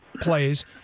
plays